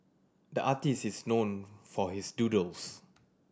the artist is known for his doodles